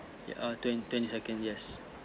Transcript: err twen~ twenty second yes